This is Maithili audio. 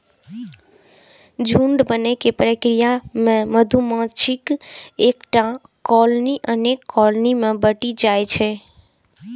झुंड बनै के प्रक्रिया मे मधुमाछीक एकटा कॉलनी अनेक कॉलनी मे बंटि जाइ छै